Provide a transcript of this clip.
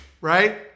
right